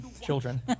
children